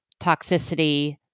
toxicity